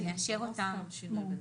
שנאשר אותם.